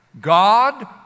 God